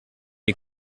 you